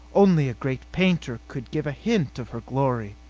only a great painter could give a hint of her glory.